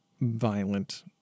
violent